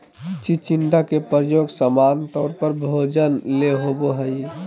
चिचिण्डा के प्रयोग सामान्य तौर पर भोजन ले होबो हइ